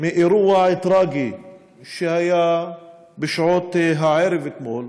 באירוע טרגי שהיה בשעות הערב אתמול,